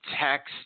text